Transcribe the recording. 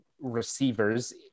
receivers